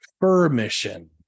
permission